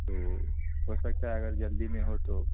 تو ہو سکتا ہے اگر جلدی میں ہو تو